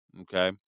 okay